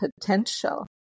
potential